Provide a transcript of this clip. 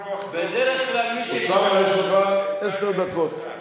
יש לך עשר דקות.